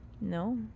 No